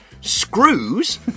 screws